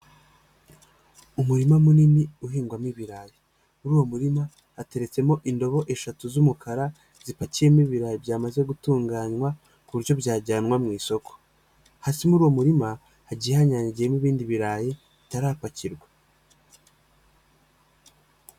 Umurima munini uhingwamo ibirayi, muri uwo murima ateretsemo indobo eshatu z'umukara zipakiyemo ibirayi byamaze gutunganywa ku buryo byajyanwa mu isoko, hasi muri uwo murima hagiye hanyanyagiyemo ibindi birayi bitarapakirwa.